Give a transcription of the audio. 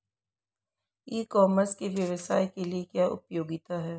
ई commerce के व्यवसाय के लिए क्या उपयोगिता है?